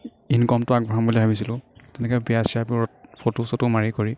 ইনকমটো আগবঢ়াম বুলি ভাবিছিলোঁ তেনেকে বিয়া চিয়াবোৰত ফটো চটো মাৰি কৰি